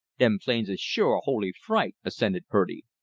them plains is sure a holy fright, assented purdy.